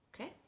Okay